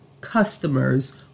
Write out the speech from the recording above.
customers